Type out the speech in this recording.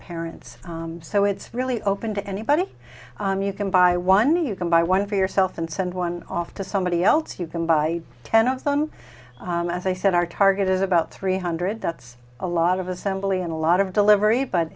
parents so it's really open to anybody you can buy one you can buy one for yourself and send one off to somebody else you can buy ten of them as i said our target is about three hundred that's a lot of assembly and a lot of delivery but